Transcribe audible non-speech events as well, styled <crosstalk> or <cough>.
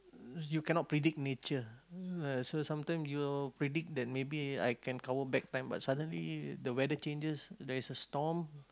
you cannot predict nature <noise> so sometime you'll predict that maybe I can cover back time but suddenly the weather changes there is a storm